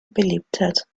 beliebtheit